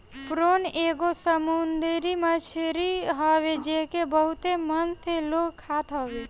prawn एगो समुंदरी मछरी हवे जेके बहुते मन से लोग खात हवे